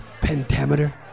pentameter